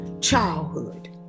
childhood